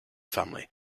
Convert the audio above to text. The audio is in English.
family